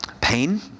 pain